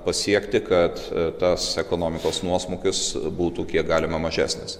pasiekti kad tas ekonomikos nuosmukis būtų kiek galima mažesnis